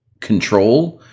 control